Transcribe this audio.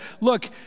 look